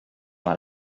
dans